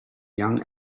young